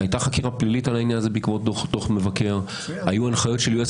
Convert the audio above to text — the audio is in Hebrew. אני מזמין את כולכם לקרוא את זה ולחשוב